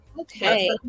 Okay